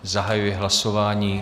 Zahajuji hlasování.